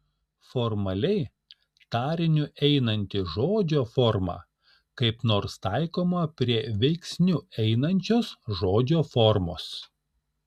formaliai tariniu einanti žodžio forma kaip nors taikoma prie veiksniu einančios žodžio formos